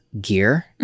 gear